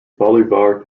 bolivar